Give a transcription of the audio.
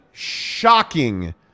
shocking